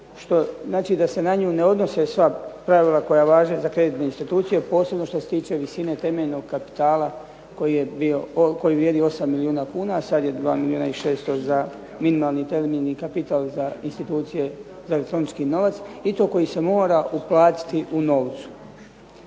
da se na nju ne odnose sva pravila koja važe za kreditne institucije posebno što se tiče visine temeljnog kapitala koji vrijedi 8 milijuna kuna, a sada je 2 milijuna 600 za minimalni temeljni kapital za institucije za elektronički novac i to koji se mora uplatiti u novcu.